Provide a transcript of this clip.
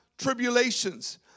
tribulations